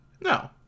No